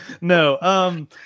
No